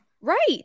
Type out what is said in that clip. Right